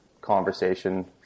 conversation